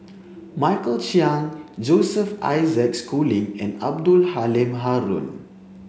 Michael Chiang Joseph Isaac Schooling and Abdul Halim Haron